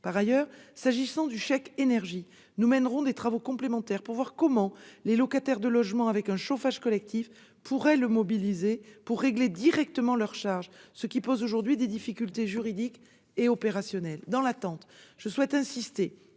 Par ailleurs, s'agissant du chèque énergie, nous mènerons des travaux complémentaires pour déterminer comment les locataires de logements dotés d'un chauffage collectif pourraient utiliser ce chèque pour régler directement leurs charges, ce qui pose aujourd'hui des difficultés juridiques et opérationnelles. Dans l'attente de ces travaux, je souhaite insister